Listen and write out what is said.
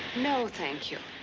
no, thank you.